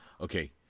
Okay